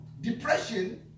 Depression